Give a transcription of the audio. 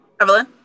Evelyn